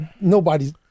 nobody's